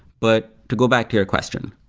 but to go back to your question,